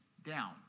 down